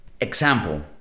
Example